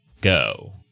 go